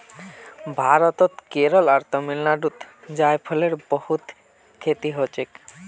भारतत केरल आर तमिलनाडुत जायफलेर बहुत खेती हछेक